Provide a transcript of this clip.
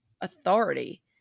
authority